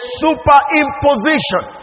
superimposition